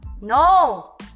No